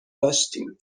داشتیم